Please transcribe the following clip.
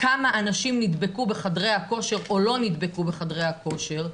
כמה אנשים נדבקו בחדרי הכושר או לא נדבקו בחדרי הכושר,